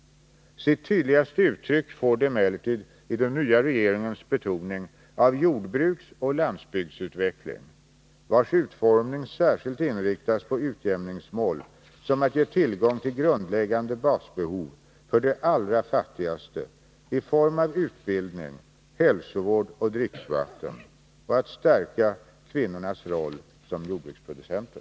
Sitt tydligaste uttryck får det emellertid i den nya regeringens betoning av jordbruksoch landsbygdsutveckling, vars utformning särskilt inriktas på utjämningsmål som att ge tillgång till grundläggande basbehov för de allra fattigaste i form av utbildning, hälsovård och dricksvatten och att stärka kvinnornas roll som jordbruksproducenter.